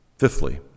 Fifthly